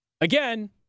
Again